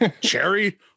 cherry